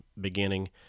beginning